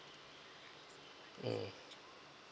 um